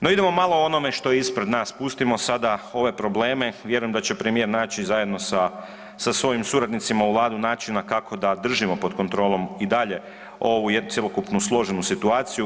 No, idemo malo o onome što je ispred nas, pustimo sada ove probleme, vjerujem da će premijer naći zajedno sa, sa svojim suradnicima u Vladi načina kako da držimo pod kontrolom i dalje ovu cjelokupnu složenu situaciju.